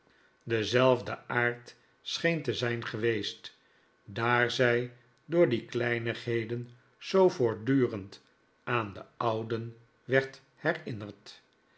denzelfden aard scheen te zijn geweest daar zij door die kleinigheden zoo voortdurend aan den ouden werd herinnerd